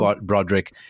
Broderick